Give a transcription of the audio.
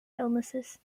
illnesses